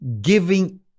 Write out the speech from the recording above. giving